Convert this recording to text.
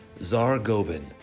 Zargobin